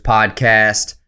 Podcast